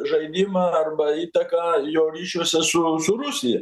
žaidimą arba įtaką jo ryšiuose su už rusiją